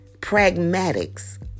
pragmatics